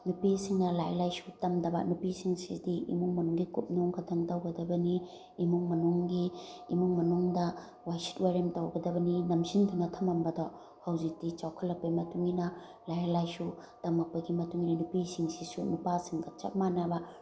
ꯅꯨꯄꯤꯁꯤꯡꯅ ꯂꯥꯏꯔꯤꯛ ꯂꯥꯏꯁꯨ ꯇꯝꯗꯕ ꯅꯨꯄꯤꯁꯤꯡꯁꯤꯗꯤ ꯏꯃꯨꯡ ꯃꯅꯨꯡꯒꯤ ꯀꯨꯞꯅꯣꯝ ꯈꯛꯇꯪ ꯇꯧꯒꯗꯕꯅꯤ ꯏꯃꯨꯡ ꯃꯅꯨꯡꯒꯤ ꯏꯃꯨꯡ ꯃꯅꯨꯡꯗ ꯋꯥꯏꯁꯤꯠ ꯋꯥꯏꯔꯦꯝ ꯇꯧꯒꯗꯕꯅꯤ ꯅꯝꯁꯤꯟꯗꯅ ꯊꯝꯃꯝꯕꯗꯣ ꯍꯧꯖꯤꯛꯇꯤ ꯆꯥꯎꯈꯠꯂꯛꯄꯒꯤ ꯃꯇꯨꯡ ꯏꯟꯅ ꯂꯥꯏꯔꯤꯛ ꯂꯥꯏꯁꯨ ꯇꯝꯃꯛꯄꯒꯤ ꯃꯇꯨꯡ ꯏꯟꯅ ꯅꯨꯄꯤꯁꯤꯡꯁꯤꯁꯨ ꯅꯨꯄꯥꯁꯤꯡꯒ ꯆꯞ ꯃꯥꯟꯅꯕ